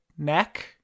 Neck